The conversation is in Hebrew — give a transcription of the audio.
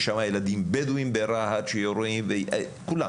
יש שם ברהט ילדים בדואים שיורים כולם.